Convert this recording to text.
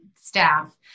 staff